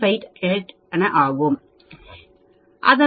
58 ஆக இருக்கும் அதனால் நான்2